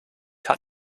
hat